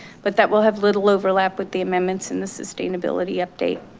but that will have little overlap with the amendments and the sustainability update.